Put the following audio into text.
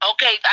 Okay